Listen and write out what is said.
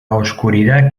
oscuridad